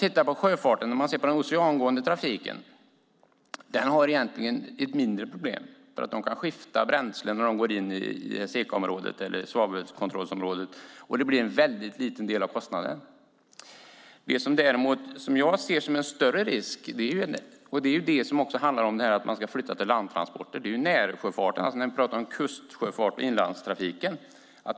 Den oceangående trafiken har egentligen ett mindre problem. De kan skifta bränsle när de går in i SECA-området - svavelkontrollområdet - och det blir en väldigt liten del av kostnaden. Det som jag ser som en större risk handlar om överflyttning till landtransporter för närsjöfarten - kustsjöfarten och inlandstrafiken.